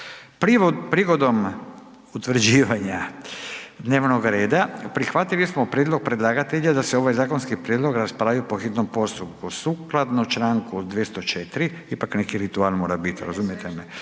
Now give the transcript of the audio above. Prigodom utvrđivanja dnevnog reda prihvatili smo prijedlog predlagatelja da se ovaj zakonski prijedlog raspravi po hitnom postupku. Sukladno članku 204. Poslovnika hitni postupak objedinjuje